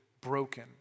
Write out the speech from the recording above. broken